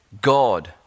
God